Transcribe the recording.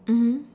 mmhmm